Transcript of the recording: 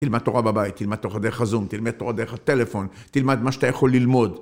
תלמד תורה בבית, תלמד תורה דרך הזום, תלמד תורה דרך הטלפון, תלמד מה שאתה יכול ללמוד